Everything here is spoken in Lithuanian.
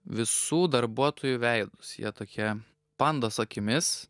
visų darbuotojų veidus jie tokie pandos akimis